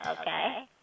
Okay